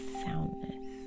soundness